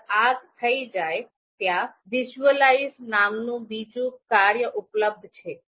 એકવાર આ થઈ જાય ત્યાં વિઝ્યુઅલાઈઝ નામનું બીજું કાર્ય ઉપલબ્ધ છે